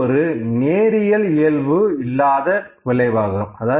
இது ஒரு நேரியல் இயல்பு இல்லாத விளைவாகும்